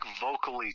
vocally